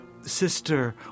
sister